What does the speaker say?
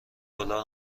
دلار